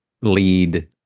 lead